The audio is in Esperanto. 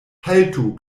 haltu